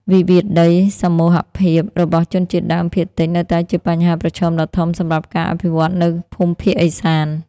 វិវាទដីសមូហភាពរបស់ជនជាតិដើមភាគតិច នៅតែជាបញ្ហាប្រឈមដ៏ធំសម្រាប់ការអភិវឌ្ឍនៅភូមិភាគឦសាន។